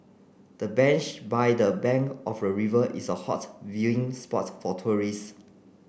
the bench by the bank of the river is a hot viewing spot for tourist